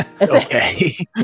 Okay